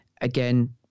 Again